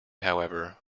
however